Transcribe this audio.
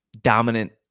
dominant